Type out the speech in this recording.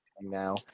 Now